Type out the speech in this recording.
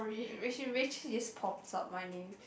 Rachel Rachel just pops up my name